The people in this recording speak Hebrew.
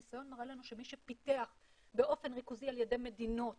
הניסיון מראה לנו שמי פיתח באופן ריכוזי על ידי מדינות